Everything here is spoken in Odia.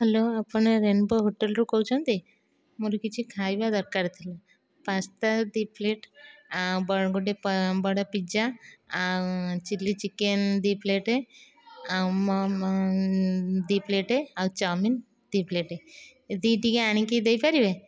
ହ୍ୟାଲୋ ଆପଣ ରେନବୋ ହୋଟେଲ୍ରୁ କହୁଛନ୍ତି ମୋର କିଛି ଖାଇବା ଦରକାର ଥିଲା ପାସ୍ତା ଦୁଇ ପ୍ଳେଟ ଗୋଟିଏ ବଡ଼ ପିଜ୍ଜା ଆଉ ଚିଲ୍ଲି ଚିକେନ ଦୁଇ ପ୍ଲେଟ ଦୁଇ ପ୍ଳେଟ ଆଉ ଚାଓମିନ ଦୁଇ ପ୍ଲେଟ ଏତିକି ଟିକେ ଆଣିକି ଦେଇପାରିବେ